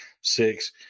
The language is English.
six